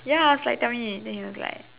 ya I was like tell me then he was like